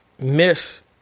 miss